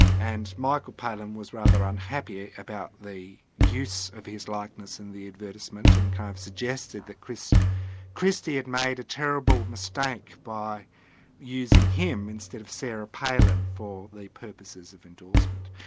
and michael palin was rather unhappy about the use of his likeness in the advertisement, and kind of suggested that chris christie had made a terrible mistake mistake by using him instead of sarah palin for the purposes of endorsement.